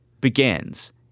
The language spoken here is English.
Begins